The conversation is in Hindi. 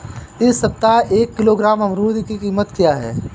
इस सप्ताह एक किलोग्राम अमरूद की कीमत क्या है?